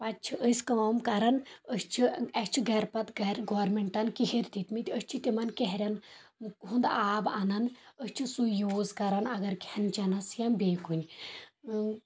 پتہٕ چھِ أسۍ کٲم کران أسۍ چھِ اسہِ چھِ گرٕ پتہٕ گرٕ گورمنٹن کِہرۍ دِتۍ مٕتۍ أسۍ چھِ تِمن کیہرٮ۪ن ہُنٛد آب انان أسۍ چھِ سُے یوٗز کران اگر کھٮ۪ن چٮ۪نس یا بیٚیہِ کُنہِ